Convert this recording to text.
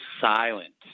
silent